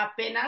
apenas